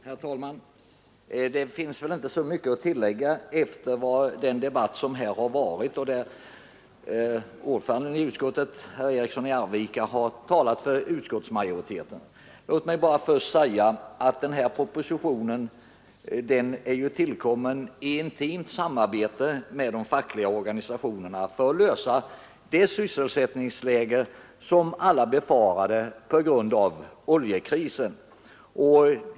Herr talman! Det finns väl inte mycket att tillägga efter den debatt som nu varit, där ordföranden i utskottet, herr Eriksson i Arvika, har talat för utskottsmajoritetens mening. Låt mig emellertid säga att den här propositionen är tillkommen i intimt samarbete med de fackliga organisationerna i syfte att motverka de sysselsättningssvårigheter som alla befarade på grund av oljekrisen.